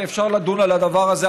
ואפשר לדון על הדבר הזה,